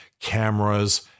cameras